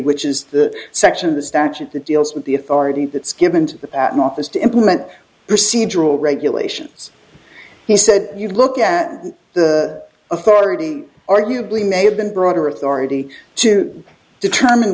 which is the section of the statute that deals with the authority that's given to the patent office to implement procedural regulations he said you look at the authority arguably may have been broader authority to determine